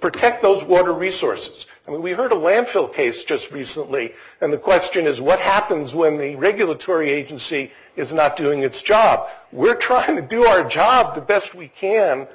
protect those water resources and we've heard a landfill case just recently and the question is what happens when the regulatory agency is not doing its job we're trying to do our job the best we can